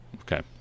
okay